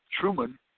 Truman